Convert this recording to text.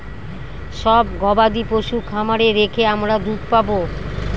সব গবাদি পশু খামারে রেখে আমরা দুধ পাবো